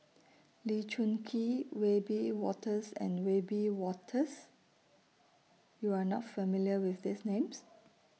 Lee Choon Kee Wiebe Wolters and Wiebe Wolters YOU Are not familiar with These Names